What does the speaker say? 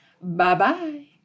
Bye-bye